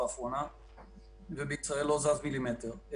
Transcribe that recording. האחרונה ובישראל הוא לא זז מילימטר.